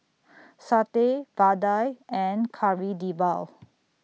Satay Vadai and Kari Debal